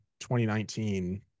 2019